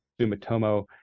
Sumitomo